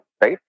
right